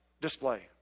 display